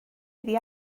iddi